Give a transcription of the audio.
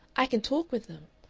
i can talk with them.